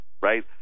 right